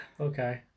okay